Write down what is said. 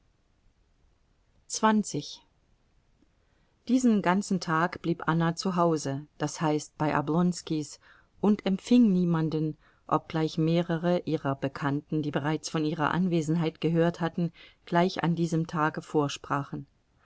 diesen ganzen tag blieb anna zu hause das heißt bei oblonskis und empfing niemanden obgleich mehrere ihrer bekannten die bereits von ihrer anwesenheit gehört hatten gleich an diesem tage vorsprachen